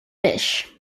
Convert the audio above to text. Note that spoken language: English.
fish